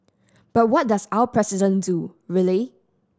but what does our President do really